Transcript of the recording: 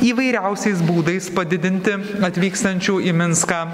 įvairiausiais būdais padidinti atvykstančių į minską